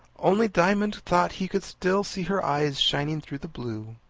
only diamond thought he could still see her eyes shining through the blue.